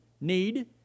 need